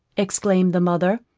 exclaimed the mother.